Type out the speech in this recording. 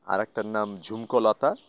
আর একটার নাম ঝুমকো লতা